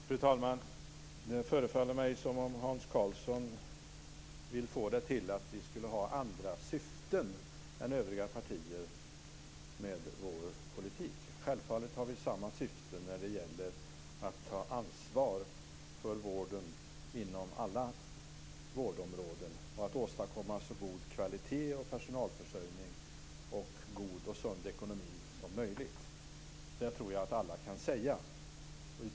Fru talman! Det förefaller mig som om Hans Karlsson vill få det till att vi skulle ha andra syften än övriga partier med vår politik. Vi har självfallet samma syften när det gäller att ta ansvar för vården inom alla vårdområden och att åstadkomma så god kvalitet och personalförsörjning och så god och sund ekonomi som möjligt. Det tror jag att alla kan säga.